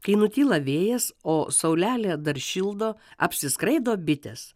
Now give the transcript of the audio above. kai nutyla vėjas o saulelė dar šildo apsiskraido bitės